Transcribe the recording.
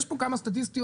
יש פה כמה סטטיסטיות,